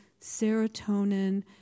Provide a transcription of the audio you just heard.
serotonin